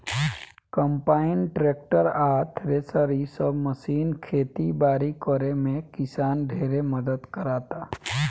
combine, tractor आ thresher इ सब मशीन खेती बारी करे में किसान ढेरे मदद कराता